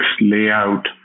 layout